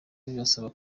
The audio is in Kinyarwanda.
bibasaba